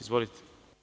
Izvolite.